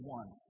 one